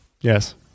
yes